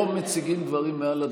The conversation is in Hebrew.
לא מציגים דברים מעל הדוכן,